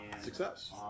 Success